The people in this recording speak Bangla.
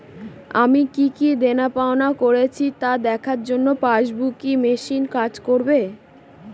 আমি কি কি দেনাপাওনা করেছি তা দেখার জন্য পাসবুক ই মেশিন কাজ করবে?